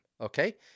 Okay